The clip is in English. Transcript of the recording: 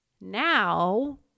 now